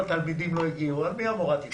התלמידים לא הגיעו על מי המורה תצעק?